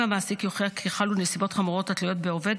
אם המעסיק יוכיח כי חלו נסיבות חמורות התלויות בעובד,